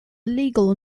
illegal